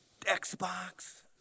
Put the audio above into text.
Xbox